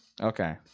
Okay